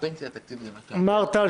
הפנסיה התקציבית זה מה --- חברים,